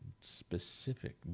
specific